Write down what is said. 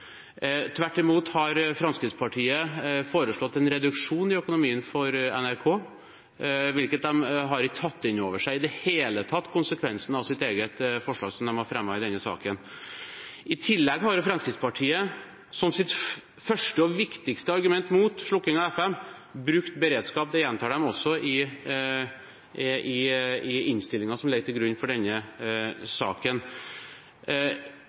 foreslått en reduksjon i økonomien for NRK. De har ikke tatt inn over seg i det hele tatt konsekvensene av sitt eget forslag som de har fremmet i denne saken. I tillegg har Fremskrittspartiet brukt beredskap som sitt første og viktigste argument mot slukking av FM. Det gjentar de også i innstillingen som ligger til grunn for denne